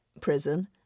prison